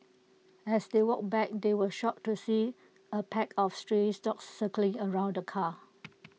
as they walked back they were shocked to see A pack of stray dogs circling around the car